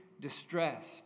distressed